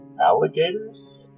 alligators